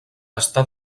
està